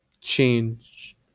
change